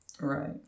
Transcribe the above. Right